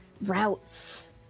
routes